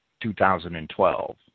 2012